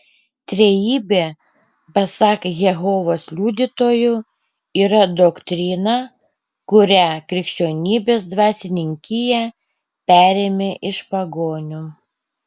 trejybė pasak jehovos liudytojų yra doktrina kurią krikščionybės dvasininkija perėmė iš pagonių